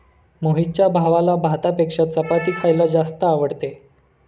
मोहितच्या भावाला भातापेक्षा चपाती खायला जास्त आवडते